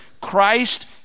Christ